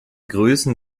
größen